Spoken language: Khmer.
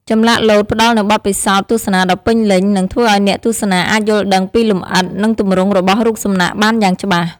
ចម្លាក់លោតផ្ដល់នូវបទពិសោធន៍ទស្សនាដ៏ពេញលេញ និងធ្វើឲ្យអ្នកទស្សនាអាចយល់ដឹងពីលម្អិត និងទម្រង់របស់រូបសំណាកបានយ៉ាងច្បាស់។